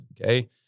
okay